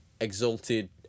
exalted